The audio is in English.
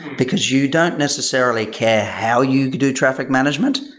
because you don't necessarily care how you do traffic management.